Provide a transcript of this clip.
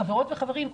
חברות וחברים,